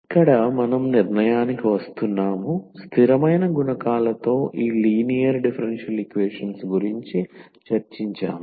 ఇక్కడ మనం నిర్ణయానికి వస్తున్నాము స్థిరమైన గుణకాలతో ఈ లీనియర్ డిఫరెన్షియల్ ఈక్వేషన్స్ గురించి చర్చించాము